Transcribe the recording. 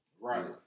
Right